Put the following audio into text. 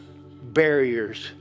barriers